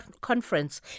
conference